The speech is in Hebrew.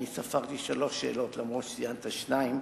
אני ספרתי שלוש שאלות למרות שציינת שתיים,